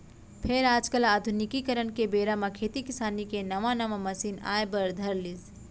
फेर आज काल आधुनिकीकरन के बेरा म खेती किसानी के नवा नवा मसीन आए बर धर लिस